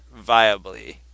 viably